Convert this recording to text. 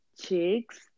Chicks